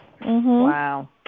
Wow